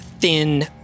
thin